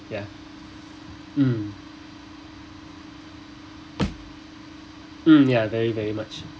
ya mm mm ya very very much